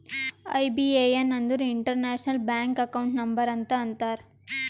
IBAN ಅಂದುರ್ international bank account number ಅಂತ ಅಂತಾರ್